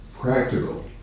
practical